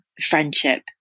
friendship